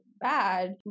bad